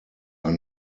are